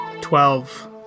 Twelve